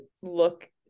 look